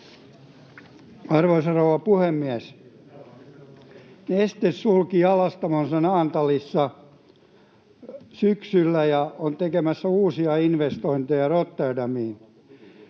Arvoisa rouva puhemies! Neste sulki jalostamonsa Naantalissa syksyllä ja on tekemässä uusia investointeja Rotterdamiin,